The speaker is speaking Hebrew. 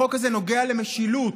החוק הזה נוגע למשילות.